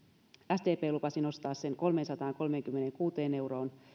sdp lupasi nostaa sen kolmeensataankolmeenkymmeneenkuuteen euroon